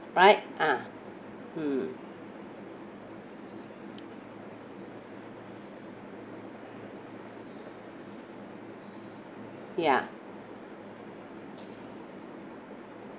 right ah mm ya